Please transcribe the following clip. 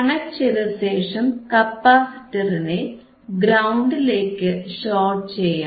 connect ചെയ്തശേഷം കപ്പാസിറ്ററിനെ ഗ്രൌണ്ടിലേക്ക് ഷോർട്ട് ചെയ്യാം